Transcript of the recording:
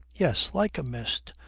yes, like a mist.